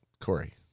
Corey